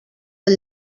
del